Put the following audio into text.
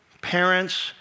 parents